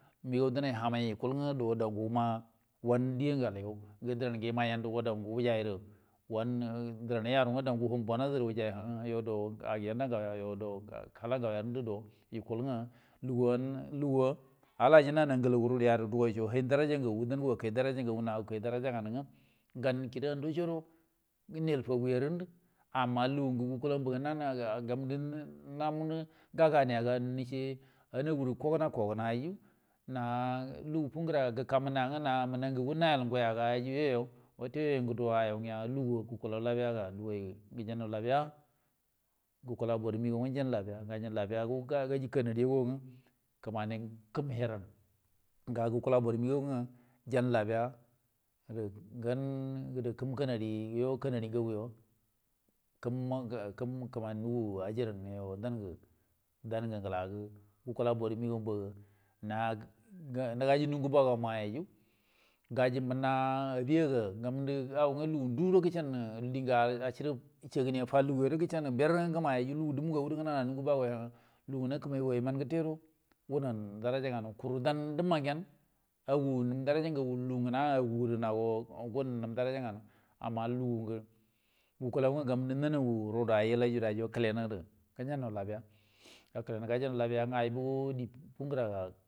Məgaw dənay hammay yə kulgwə dow dawgə wuma wandie yangə ahi gaw ngə dəramgə yəma yan guro daw gə wujay gərə yaro ngwə dawgə hum bonas gərə wajai uh um yo do agenda gawya do kala ngaw ya rə gəndə do yukul ngwə lugu an, lugu’a ala aji nan angala gu rudu ya gərə duguay co hayan daraja ngagu, dango akay daraja ngagu nago gəkay daraja nganu gam kida co guro nəyəl faguwa rə ngundə, amma lugungə gukulaw mbaga gammundo namurə gayuna ya ga nəce anagurə kogəna kogənayyuu na lugu fugura ga gəka mənna ngwə mənna ngagu nayel nguyaga yoyu wate yoyu ngə dawayau gəa, lugu gulenlaw labiya ga duguay gəjannaw labiya, gau boru məgaw ngə jan labiya go ngwə gaji kanadiya go ngwə kəmənie kəmhərran ga gukula boru məgaw ngwə. Ja labiya rəgə gam, gərə kəm kəmani nugu ajarran dan gə nglagə gukula boru məgaw mbaga na gaji mungu bago mayyu, gaji mənna abi ya ga, gaw ngwə ndu gurə gəcenə dienyə aceri cegani ya guro gəcenan ber ngwə gəmay ngwə lugu dumu ga gu gubro gərana’a nungu bago yo, lungu nakamai gu wa yəman gəta guro, gunu daraja nganu, kuru dan dəmma gyen aga daraja ngagu nəm nga agu gərə nago ngunu nəm daraja nganu, amma lungu gukulaw ngwə gamudə nanaga rudu yəllay gəkəlenə gərə gəjannaw rə labiya gakəlenu gərə gajannaw rə labiya ngwə ay bu die fungəra ga.